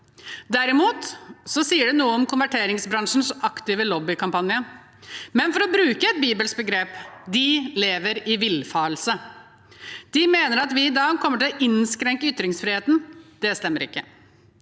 Derimot sier det noe om konverteringsbransjens aktive lobbykampanje. For å bruke et bibelsk begrep: De lever i villfarelse. De mener at vi i dag kommer til å innskrenke ytringsfriheten – det stemmer ikke.